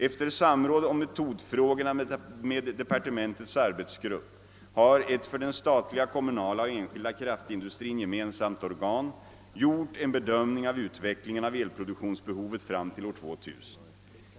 Efter samråd om metodfrågarna med departementets arbetsgrupp har ett för den statliga, kommunala och enskilda kraftindustrin gemensamt organ gjort en bedömning av utvecklingen av elproduktionsbehovet fram till år 2000.